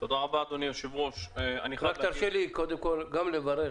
רק תרשה לי קודם כול לברך